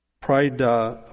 Pride